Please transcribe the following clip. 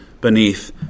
beneath